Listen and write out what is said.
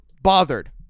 bothered